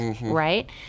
right